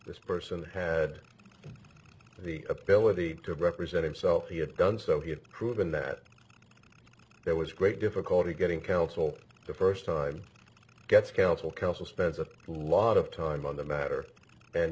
this person had the ability to represent himself he had done so he had crude and that there was great difficulty getting counsel the first time gets counsel counsel spends a lot of time on the matter and